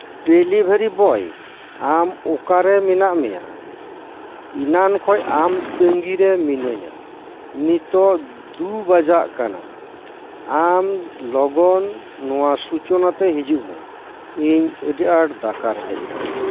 delivery boy ᱟᱢ ᱟᱠᱟᱨᱮ ᱢᱮᱱᱟᱜ ᱢᱮᱭᱟ ᱤᱱᱟᱱ ᱠᱷᱚᱱ ᱟᱢ ᱛᱟᱸᱜᱤ ᱨᱮ ᱢᱤᱱᱟᱹᱧᱟ ᱱᱤᱛᱚᱜ ᱫᱩ ᱵᱟᱡᱟᱜ ᱠᱟᱱᱟ ᱟᱢ ᱞᱚᱜᱚᱱ ᱱᱚᱶᱟ ᱥᱩᱪᱚᱱᱟᱛᱮ ᱦᱤᱡᱩᱜ ᱢᱮ ᱤᱧ ᱟᱹᱰᱤ ᱟᱸᱴ ᱫᱟᱠᱟ ᱨᱮᱸᱜᱮᱡ ᱤᱫᱤᱧᱟ